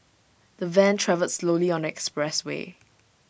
the van travelled slowly on the expressway